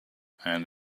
and